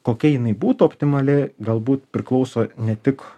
kokia jinai būtų optimali galbūt priklauso ne tik